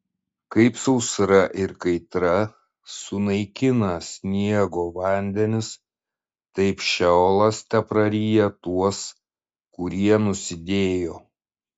kaip sausra ir kaitra sunaikina sniego vandenis taip šeolas tepraryja tuos kurie nusidėjo